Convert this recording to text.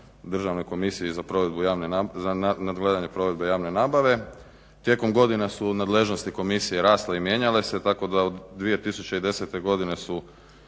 Državnoj komisiji za nadgledanje provedbe javne nabave tijekom godina su nadležnosti komisije rasle i mijenjale se tako da od 2010. godine su